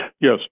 Yes